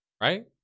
right